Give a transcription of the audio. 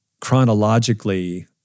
chronologically